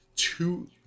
two